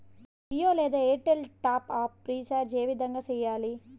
జియో లేదా Airtel top up recharge ఏ విధంగా సేయాలి